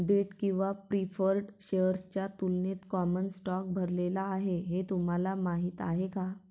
Date किंवा preferred शेअर्सच्या तुलनेत कॉमन स्टॉक भरलेला आहे हे तुम्हाला माहीत आहे का?